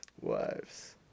Wives